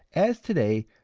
as today,